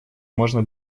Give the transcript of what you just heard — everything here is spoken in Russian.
можно